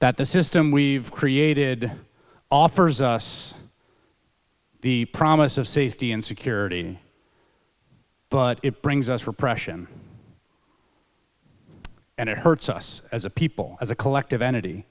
that the system we've created offers us the promise of safety and security but it brings us repression and it hurts us as a people as a collective entity